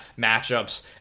matchups